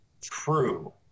True